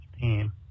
team